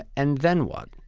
and then what?